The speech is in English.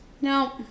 No